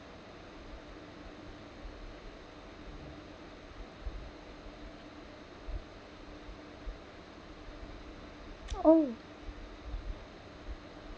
oh